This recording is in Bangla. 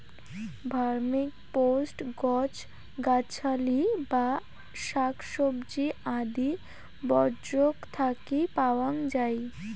ভার্মিকম্পোস্ট গছ গছালি বা শাকসবজি আদি বর্জ্যক থাকি পাওয়াং যাই